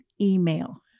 email